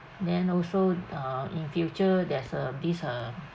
then also uh in future there's a this uh